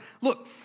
Look